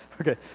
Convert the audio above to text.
Okay